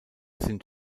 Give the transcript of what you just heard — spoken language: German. sind